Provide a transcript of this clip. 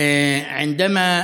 נשגב.